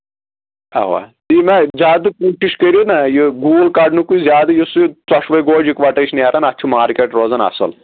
اَوا ییٚلہِ نہ زیادٕ پوٗٹِش کٔرِو نہ یہِ گول کَڈنُکُے زیادٕ یُس سُہ ژۄشوَے گوجہِ اِکوَٹہٕ ٲسۍ نیران اَتھ چھُ مارکیٹ روزان اَصٕل